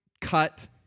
cut